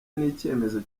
n’icyemezo